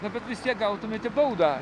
na bet vis tiek gautumėte baudą